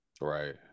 Right